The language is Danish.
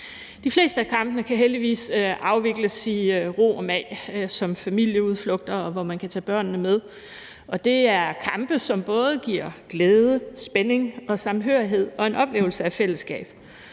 De fleste af kampene kan heldigvis afvikles i ro og mag som familieudflugter, hvor man kan tage børnene med, og det er kampe, som både giver glæde, spænding og samhørighed og en oplevelse af fællesskab.